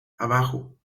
abajo